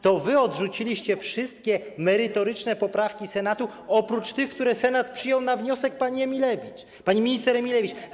To wy odrzuciliście wszystkie merytoryczne poprawki Senatu oprócz tych, które Senat przyjął na wniosek pani minister Emilewicz.